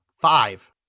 five